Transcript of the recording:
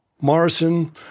Morrison